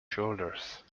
shoulders